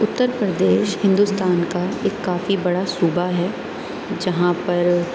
اتر پردیش ہندوستان کا ایک کافی بڑا صوبہ ہے جہاں پر